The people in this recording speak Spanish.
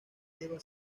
lleva